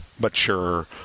mature